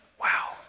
Wow